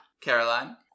Caroline